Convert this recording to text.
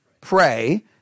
pray